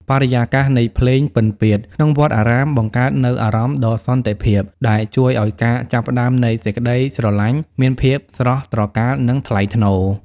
បរិយាកាសនៃ "ភ្លេងពិណពាទ្យ" ក្នុងវត្តអារាម បង្កើតនូវអារម្មណ៍ដ៏សន្តិភាព ដែលជួយឱ្យការចាប់ផ្ដើមនៃសេចក្ដីស្រឡាញ់មានភាពស្រស់ត្រកាល និងថ្លៃថ្នូរ។